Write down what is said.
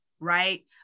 right